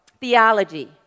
theology